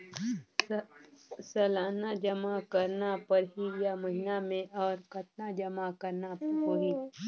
सालाना जमा करना परही या महीना मे और कतना जमा करना होहि?